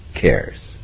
cares